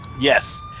Yes